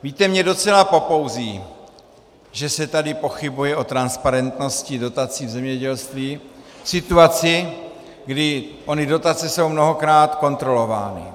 Víte, mě docela popouzí, že se tady pochybuje o transparentnosti dotací v zemědělství v situaci, kdy ony dotace jsou mnohokrát kontrolovány.